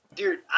Dude